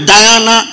Diana